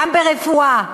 גם ברפואה,